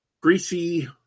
greasy